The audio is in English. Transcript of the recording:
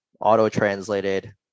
auto-translated